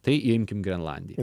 tai imkim grenlandiją